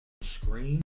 screen